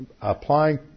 applying